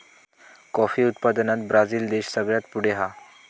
coffee उत्पादनात Brazil देश सगळ्यात पुढे हा